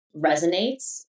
resonates